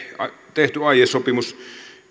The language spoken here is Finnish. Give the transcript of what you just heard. tehty aiesopimus